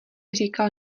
říkal